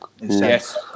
Yes